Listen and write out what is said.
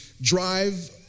drive